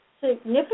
significant